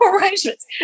arrangements